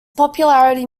popularity